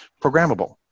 programmable